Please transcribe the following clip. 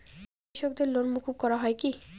কৃষকদের লোন মুকুব করা হয় কি?